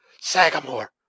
sagamore